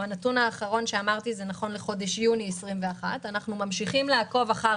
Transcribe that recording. הנתון האחרון שאמרתי הוא נכון ליולי 21. אנחנו ממשיכים לעקוב אחר